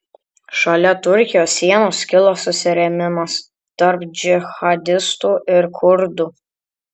šalia turkijos sienos kilo susirėmimas tarp džihadistų ir kurdų